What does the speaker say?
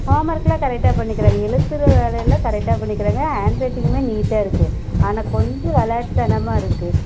ஹோமர்க்குலாம் கரெக்டாக பண்ணிக்கிறாங்க எழுத்துகிற வேலையெல்லாம் கரெக்டாக பண்ணிக்கிறாங்க ஹாண்ட்ரைட்டிங்யுமே நீட்டாக இருக்கு ஆனால் கொஞ்சம் விளையாட்டு தனமாக இருக்கு